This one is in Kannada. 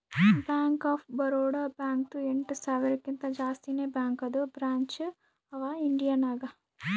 ಬ್ಯಾಂಕ್ ಆಫ್ ಬರೋಡಾ ಬ್ಯಾಂಕ್ದು ಎಂಟ ಸಾವಿರಕಿಂತಾ ಜಾಸ್ತಿನೇ ಬ್ಯಾಂಕದು ಬ್ರ್ಯಾಂಚ್ ಅವಾ ಇಂಡಿಯಾ ನಾಗ್